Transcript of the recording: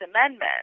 Amendment